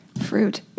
Fruit